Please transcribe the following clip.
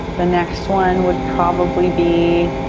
the next one would probably be